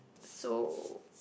so